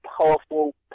powerful